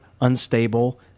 unstable